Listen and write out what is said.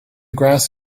grass